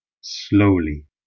slowly